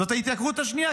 זאת ההתייקרות השנייה,